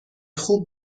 خوب